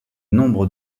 nombre